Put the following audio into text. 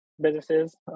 businesses